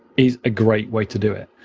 is a great way to do it.